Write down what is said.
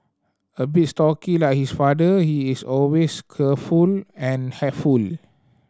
a bit stocky like his father he is always careful and helpful